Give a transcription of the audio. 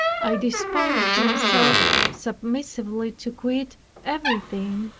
i disposed myself submissively to quit everything,